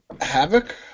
Havoc